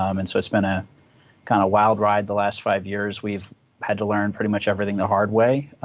um and so it's been a kind of wild ride the last five years. we've had to learn pretty much everything the hard way,